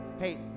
Hey